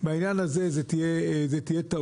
בעניין הזה זו תהיה טעות,